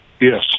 Yes